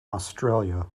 australia